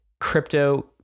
Crypto